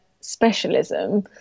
specialism